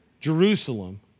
Jerusalem